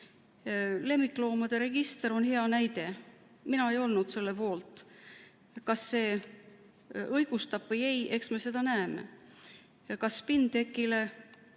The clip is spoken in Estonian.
Lemmikloomade register on hea näide. Mina ei olnud selle poolt. Kas see õigustab ennast või ei, eks me seda näeme. Kas Spin TEK‑ile